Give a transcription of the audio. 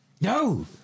no